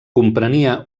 comprenia